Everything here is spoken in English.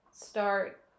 start